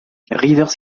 rivers